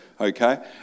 okay